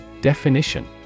Definition